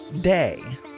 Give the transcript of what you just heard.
day